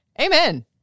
Amen